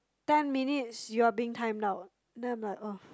ten minutes you are being timed now them I'm like !ugh!